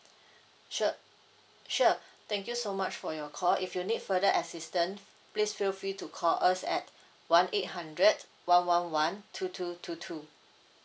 sure sure thank you so much for your call if you need further assistant please feel free to call us at one eight hundred one one one two two two two